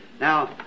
Now